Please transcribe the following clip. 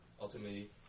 ultimately